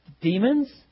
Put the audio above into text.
demons